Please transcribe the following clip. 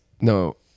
no